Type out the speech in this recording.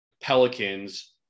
pelicans